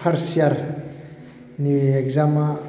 first इयारनि एग्जामा